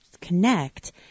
Connect